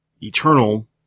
Eternal